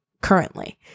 currently